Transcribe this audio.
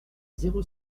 zéro